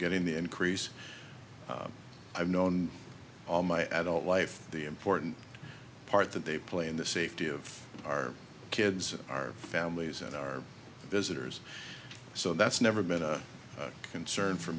getting the increase i've known all my adult life the important part that they play in the safety of our kids our families and our visitors so that's never been a concern for